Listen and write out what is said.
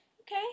Okay